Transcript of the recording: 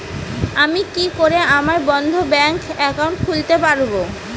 আমি কি করে আমার বন্ধ ব্যাংক একাউন্ট খুলতে পারবো?